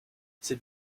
c’est